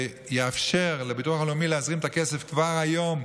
שיאפשר לביטוח הלאומי להזרים את הכסף כבר היום,